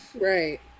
Right